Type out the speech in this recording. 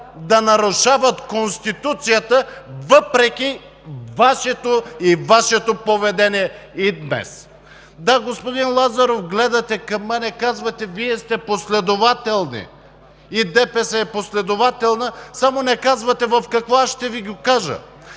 Да, господин Лазаров, гледате към мен и казвате: „Вие сте последователни, и ДПС е последователно“, само не казвате в какво. Ще Ви кажа.